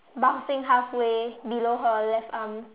bumping halfway below her left arm